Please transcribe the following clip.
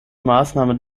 maßnahme